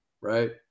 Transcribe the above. right